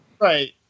Right